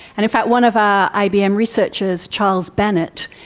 and in fact one of our ibm researchers, charles bennett,